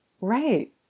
Right